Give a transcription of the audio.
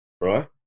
right